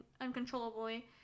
uncontrollably